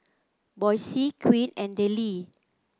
Boysie Quinn and Dellie